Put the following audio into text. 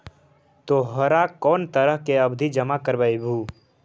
तोहरा कौन तरह के आवधि जमा करवइबू